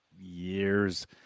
years